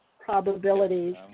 probabilities